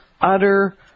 utter